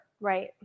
Right